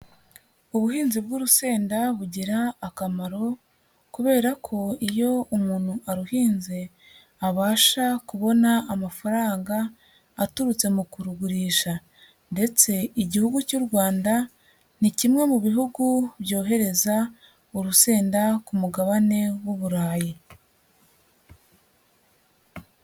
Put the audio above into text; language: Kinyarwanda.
Ubuhinzi bw'urusenda bugira akamaro kubera ko iyo umuntu aruhinze abasha kubona amafaranga aturutse mu kurugurisha ndetse Igihugu cy'u Rwanda ni kimwe mu bihugu byohereza urusenda ku mugabane w'Uburayi.